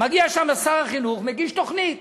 מגיע לשם שר החינוך, מגיש תוכנית